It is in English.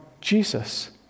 Jesus